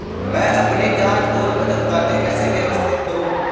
मैं अपनी जांच और बचत खाते कैसे व्यवस्थित करूँ?